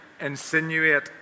insinuate